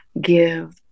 give